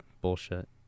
bullshit